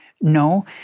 no